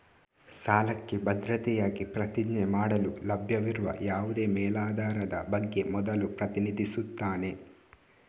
ಸಾಲಕ್ಕೆ ಭದ್ರತೆಯಾಗಿ ಪ್ರತಿಜ್ಞೆ ಮಾಡಲು ಲಭ್ಯವಿರುವ ಯಾವುದೇ ಮೇಲಾಧಾರದ ಬಗ್ಗೆ ಮೊದಲು ಪ್ರತಿನಿಧಿಸುತ್ತಾನೆ